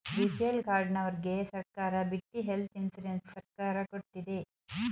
BPL ಕಾರ್ಡನವರ್ಗೆ ಸರ್ಕಾರ ಬಿಟ್ಟಿ ಹೆಲ್ತ್ ಇನ್ಸೂರೆನ್ಸ್ ಸರ್ಕಾರ ಕೊಡ್ತಿದೆ